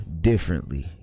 differently